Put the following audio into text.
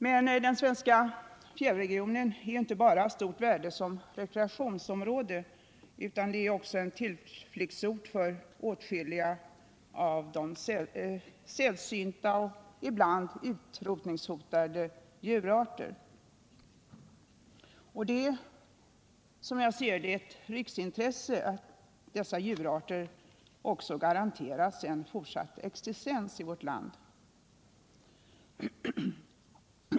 Men den svenska fjällregionen är inte bara av stort värde som rekreationsområde, utan den är också en tillflyktsort för åtskilliga sällsynta och ibland utrotningshotade djurarter. Det är därför, som jag ser det, ett riksintresse att dessa djurarter också garanteras en fortsatt existens i vårt land.